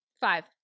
five